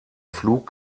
flug